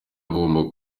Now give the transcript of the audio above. agomba